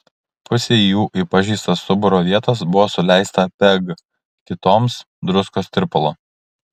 pusei jų į pažeistas stuburo vietas buvo suleista peg kitoms druskos tirpalo